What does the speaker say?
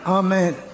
Amen